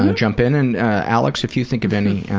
and jump in and alex, if you think of any.